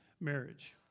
marriage